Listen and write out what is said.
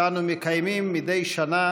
שאנו מקיימים מדי שנה